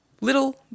Little